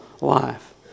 life